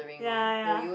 ya ya